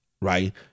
right